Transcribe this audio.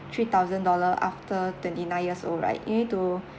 three thousand dollars after twenty-nine years old right you need to